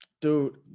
Dude